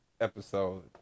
episode